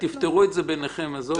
תפתרו את זה ביניכם, עזוב.